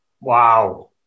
Wow